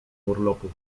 urlopu